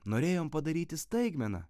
norėjom padaryti staigmeną